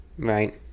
right